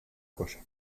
cosa